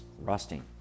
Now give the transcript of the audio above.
rusting